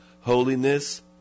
holiness